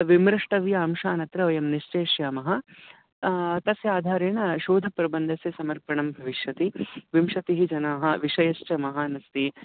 विमृष्टव्य अंशान् अत्र वयं निश्चयिष्यामः तस्य आधारेण शोधप्रबन्धस्य समर्पणं भविष्यति विंशतिः जनाः विषयश्च महानस्ति